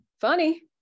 funny